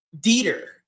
Dieter